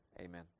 Amen